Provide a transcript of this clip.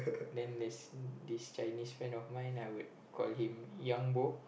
then there's this Chinese friend of mine I would call him Yang Bo